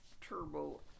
Turbo